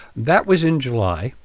that was in july.